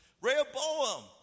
Rehoboam